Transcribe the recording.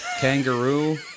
Kangaroo